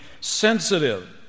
sensitive